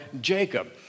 Jacob